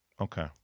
okay